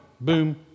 boom